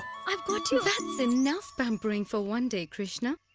i've got you, that's enough pampering for one day, krishna!